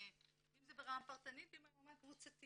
אם זה ברמה פרטנית ואם ברמה קבוצתית.